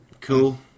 cool